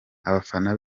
abafana